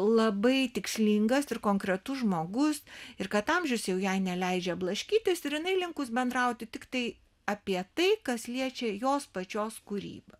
labai tikslingas ir konkretus žmogus ir kad amžius jau jai neleidžia blaškytis ir jinai linkus bendrauti tiktai apie tai kas liečia jos pačios kūrybą